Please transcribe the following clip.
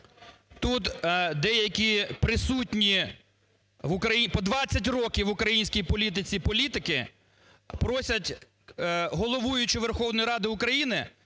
Тут деякі присутні в Україні, по 20 років в українській політиці політики просять головуючу Верховної Ради України